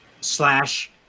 slash